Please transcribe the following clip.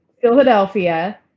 Philadelphia